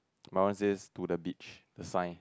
my one says to the beach the sign